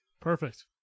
Perfect